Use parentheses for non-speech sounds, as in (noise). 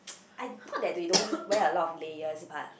(noise) I thought that they don't wear a lot of layers but